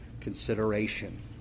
consideration